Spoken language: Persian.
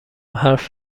حرف